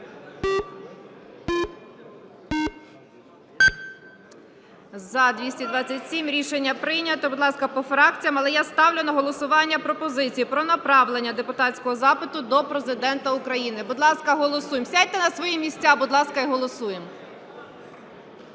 За-227 Рішення прийнято. Будь ласка, по фракціях. Але я ставлю на голосування пропозицію про направлення депутатського запиту до Президента України. Будь ласка, голосуємо. Сядьте на свої місця, будь ласка, і голосуємо.